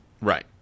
right